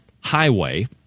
Highway